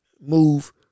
move